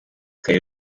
kare